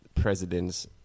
presidents